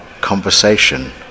conversation